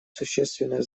существенное